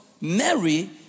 Mary